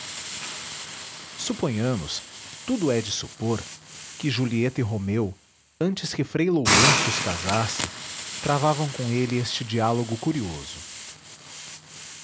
de supor que julieta e romeu antes que frei lourenço os casasse travavam com ele este diálogo curioso